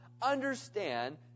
...understand